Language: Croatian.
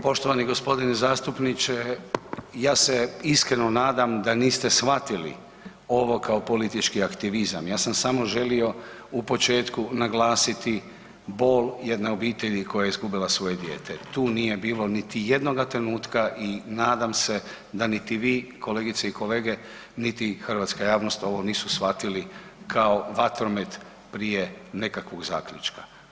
Poštovani g. zastupniče, ja se iskreno nadam da niste shvatili ovo kao politički aktivizam, ja sam samo želio u početku naglasiti bol jedne obitelji koja je izgubila svoje dijete, tu nije bilo niti jednoga trenutka i nadam se, da niti vi, kolegice i kolege niti hrvatska javnost ovo nisu shvatili kao vatromet prije nekakvog zaključka.